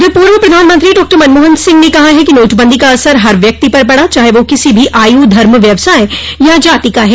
उधर पूर्व प्रधानमंत्री डॉक्टर मनमोहन सिंह ने कहा है कि नोटबंदी का असर हर व्यक्ति पर पड़ा चाहे वह किसी भी आयु धर्म व्यवसाय या जाति का है